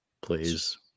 Please